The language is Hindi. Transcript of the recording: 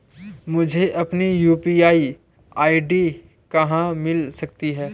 मुझे अपनी यू.पी.आई आई.डी कहां मिल सकती है?